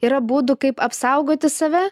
yra būdų kaip apsaugoti save